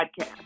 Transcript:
podcast